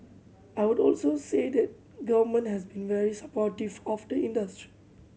I would also say the Government has been very supportive of the industry